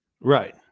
right